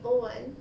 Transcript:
O one